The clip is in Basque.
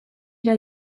dira